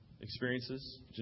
experiences